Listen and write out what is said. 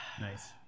Nice